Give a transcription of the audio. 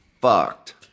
fucked